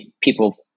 people